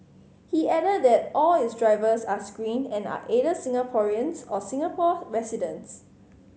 he added that all its drivers are screened and are either Singaporeans or Singapore residents